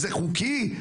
זה חוקי?